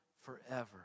forever